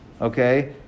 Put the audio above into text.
Okay